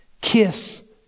Kiss